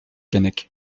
keinec